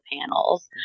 panels